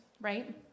right